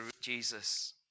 Jesus